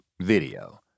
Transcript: video